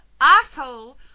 asshole